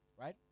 right